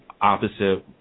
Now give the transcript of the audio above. opposite